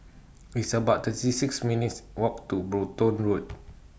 It's about thirty six minutes' Walk to Brompton Road